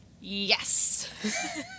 Yes